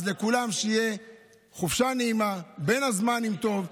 אז שתהיה חופשה נעימה לכולם, בין הזמנים טוב.